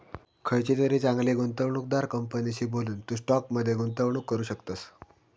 खयचीतरी चांगली गुंवणूकदार कंपनीशी बोलून, तू स्टॉक मध्ये गुंतवणूक करू शकतस